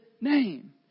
name